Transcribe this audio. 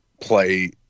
play